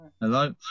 Hello